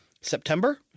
September